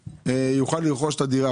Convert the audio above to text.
יוכל לרכוש את הדירה.